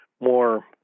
more